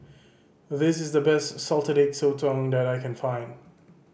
this is the best Salted Egg Sotong that I can find